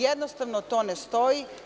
Jednostavno to ne stoji.